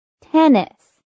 Tennis